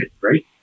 right